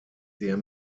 der